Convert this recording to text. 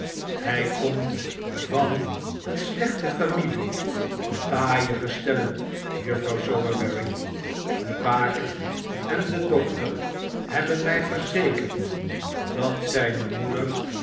hij komt van eene slechte familie taaie gestellen juffrouw sowerberry de baker en de dokter nebben mij verzekerd dat zijne moeder